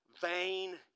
vain